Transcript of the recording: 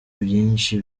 byinshi